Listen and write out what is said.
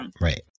Right